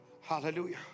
Hallelujah